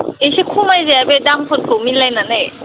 इसे खमाय जाया बे दामफोरखौ मिलायनानै